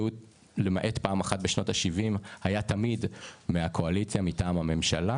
שלמעט פעם אחת תמיד היה מינוי מתוך הממשלה,